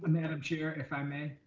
ah madam chair, if i may.